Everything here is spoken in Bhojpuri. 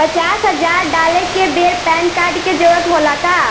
पचास हजार डाले के बेर पैन कार्ड के जरूरत होला का?